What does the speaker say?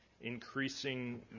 increasing